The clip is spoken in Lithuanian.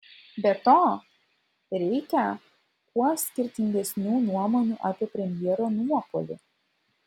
be to reikią kuo skirtingesnių nuomonių apie premjero nuopuolį